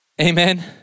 Amen